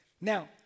Now